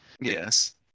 Yes